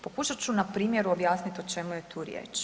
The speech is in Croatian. Pokušat ću na primjeru objasniti o čemu je tu riječ.